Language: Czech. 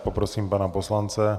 Poprosím pana poslance.